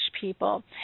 people